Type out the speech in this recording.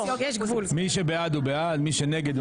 6 נגד,